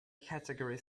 category